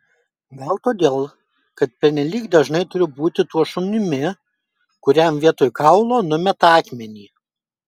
gal todėl kad pernelyg dažnai turiu būti tuo šunimi kuriam vietoj kaulo numeta akmenį